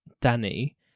danny